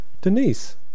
Denise